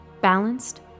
Balanced